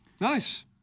Nice